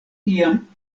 iam